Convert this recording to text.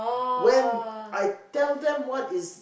when I tell them what is